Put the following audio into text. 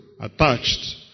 attached